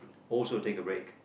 also take a break